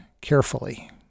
carefully